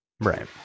Right